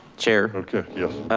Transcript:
chair. okay yes.